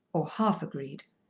or half agreed.